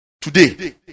Today